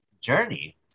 journey